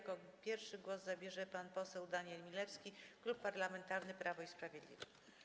Jako pierwszy głos zabierze pan poseł Daniel Milewski, Klub Parlamentarny Prawo i Sprawiedliwość.